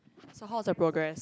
so how's your progress